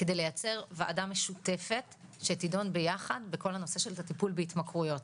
כדי לייצר וועדה משותפת שתידון ביחד בכל הנושא של טיפול בהתמכרויות.